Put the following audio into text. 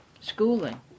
schooling